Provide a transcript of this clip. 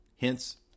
hence